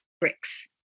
bricks